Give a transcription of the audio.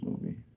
movie